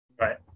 Right